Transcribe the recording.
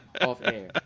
off-air